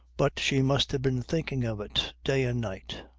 but she must have been thinking of it day and night.